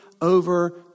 over